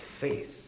faith